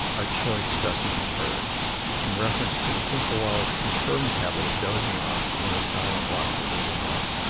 are choice specimens, heard in reference to the punkah-wallahs' confirmed habit of dozing off in the silent watches of the night.